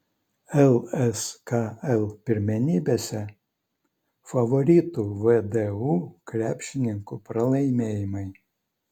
lskl pirmenybėse favoritų vdu krepšininkų pralaimėjimai